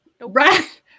Right